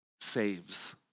saves